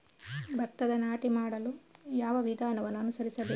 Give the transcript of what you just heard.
ಭತ್ತದ ನಾಟಿ ಮಾಡಲು ಯಾವ ವಿಧಾನವನ್ನು ಅನುಸರಿಸಬೇಕು?